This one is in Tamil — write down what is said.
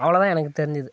அவ்ளோதான் எனக்கு தெரிஞ்சது